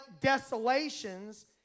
desolations